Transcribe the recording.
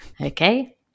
okay